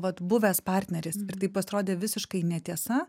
vat buvęs partneris ir tai pasirodė visiškai netiesa